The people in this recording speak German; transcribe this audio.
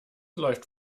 läuft